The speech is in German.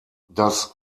das